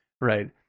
right